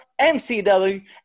MCW